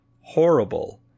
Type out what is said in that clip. horrible